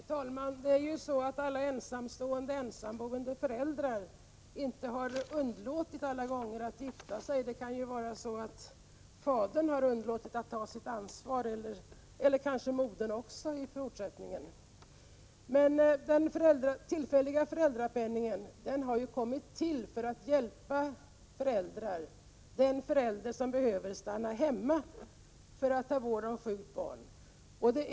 Herr talman! Det är ju inte så att alla ensamstående ensamboende föräldrar har underlåtit att gifta sig. Det kan vara så att fadern har låtit bli att ta sitt ansvar, eller kanske modern. Men den tillfälliga föräldrapenningen har ju kommit till för att hjälpa den förälder som behöver stanna hemma för att vårda ett sjukt barn.